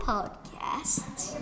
Podcasts